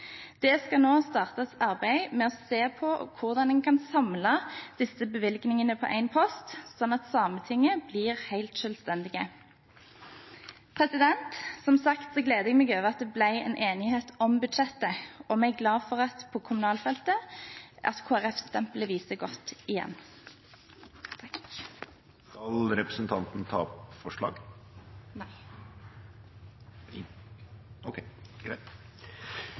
Det skal nå startes et arbeid med å se på hvordan en kan samle disse bevilgningene på én post, slik at Sametinget blir helt selvstendig. Som sagt gleder jeg meg over at det ble en enighet om budsjettet, og vi er glade for at Kristelig Folkepartis stempel vises godt på kommunalfeltet. Takk til representanten Ljones Brekke for et godt